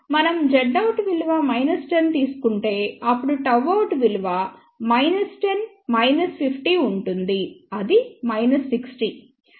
మనం Zout విలువ 10 తీసుకుంటే అప్పుడు Γout విలువ 10 50 ఉంటుంది అది 60